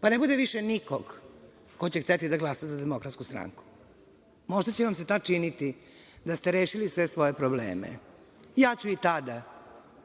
pa ne bude više nikog ko će hteti da glasa za DS, možda će vam se tada činiti da ste rešili sve svoje probleme, a ja ću i tada,